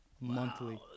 monthly